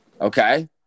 Okay